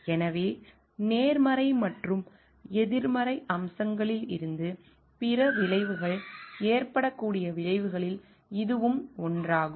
எனவே நேர்மறை மற்றும் எதிர்மறை அம்சங்களில் இருந்து பிற விளைவுகள் ஏற்படக்கூடிய விளைவுகளில் இதுவும் ஒன்றாகும்